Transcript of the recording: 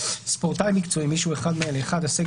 "ספורטאי מקצועי" - מי שהוא אחד מאלה: הסגל